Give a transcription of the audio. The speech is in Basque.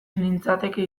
nintzateke